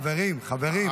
חברים, חברים, בבקשה.